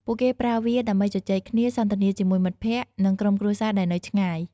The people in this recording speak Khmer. ពួកគេប្រើវាដើម្បីជជែកគ្នា សន្ទនាជាមួយមិត្តភក្តិ និងក្រុមគ្រួសារដែលនៅឆ្ងាយ។